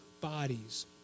bodies